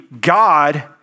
God